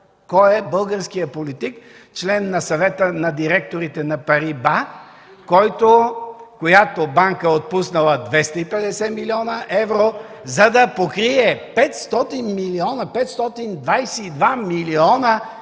кой е българският политик, член на Съвета на директорите на Париба, която банка е отпуснала 250 млн. евро, за да покрие 500 милиона, 522 млн. евро